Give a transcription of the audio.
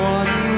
one